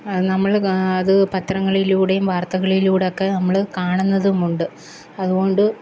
നമ്മൾ അത് പത്രങ്ങളിലൂടെയും വാര്ത്തകളിലൂടെ ഒക്കെ നമ്മൾ കാണുന്നതുമുണ്ട് അതുകൊണ്ട്